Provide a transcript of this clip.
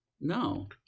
No